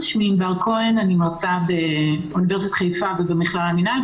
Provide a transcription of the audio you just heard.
אני מרצה באוניברסיטת חיפה ובמכללה למינהל,